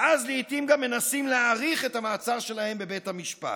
ואז לעיתים גם מנסים להאריך את המעצר שלהם בבית המשפט.